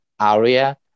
area